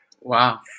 Wow